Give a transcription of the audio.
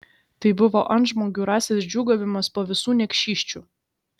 tai buvo antžmogių rasės džiūgavimas po visų niekšysčių